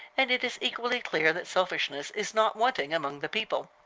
and it is equally clear that selfishness is not wanting among the people.